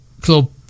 club